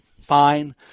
fine